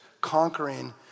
conquering